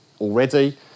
already